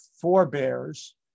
forebears